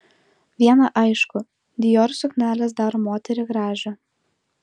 viena aišku dior suknelės daro moterį gražią